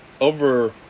over